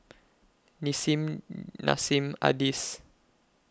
Nissim Nassim Adis